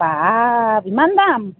বা ইমান দাম